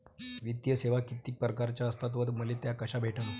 वित्तीय सेवा कितीक परकारच्या असतात व मले त्या कशा भेटन?